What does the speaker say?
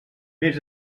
més